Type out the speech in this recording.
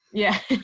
yeah?